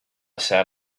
sat